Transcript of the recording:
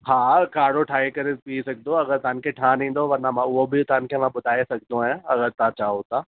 हा काड़ो ठाहे करे बि पीउ सघंदो आहे अगरि तव्हांखे ठाहिणु ईंदो आहे वरना मां उहो बि तव्हांखे मां ॿुधाए सघंदो आहियां अगरि तव्हां चाहियो त